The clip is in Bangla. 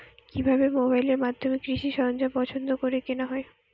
কিভাবে মোবাইলের মাধ্যমে কৃষি সরঞ্জাম পছন্দ করে কেনা হয়?